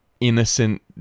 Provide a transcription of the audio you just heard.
innocent